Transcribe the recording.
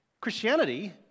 Christianity